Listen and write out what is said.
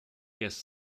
guest